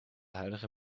huidige